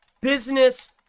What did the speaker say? business